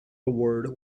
award